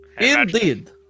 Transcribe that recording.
Indeed